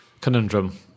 conundrum